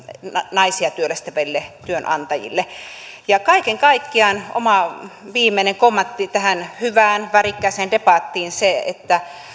naisia työllistäville työnantajille kaiken kaikkiaan oma viimeinen kommenttini tähän hyvään värikkääseen debattiin on se että